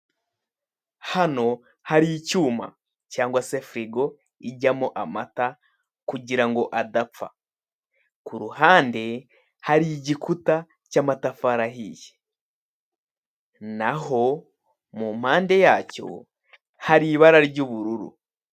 Hano hari icyma cyangwa se firigo ijyamo amata kugirango adapfa. Kuruhande hari igikuta cy'amatafari ahiye. Naho, mu mpande yacyo hari ibara ry'ubururu.